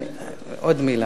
עוד מלה.